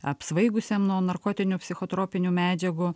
apsvaigusiam nuo narkotinių psichotropinių medžiagų